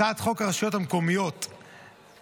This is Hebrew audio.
הצעת חוק הרשויות המקומיות (תיקון,